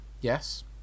Yes